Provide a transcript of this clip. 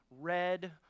red